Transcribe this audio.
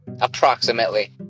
Approximately